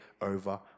over